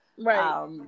Right